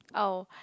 oh